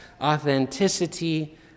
authenticity